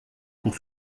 pour